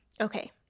Okay